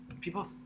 people